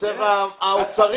הרזרבה האוצרית.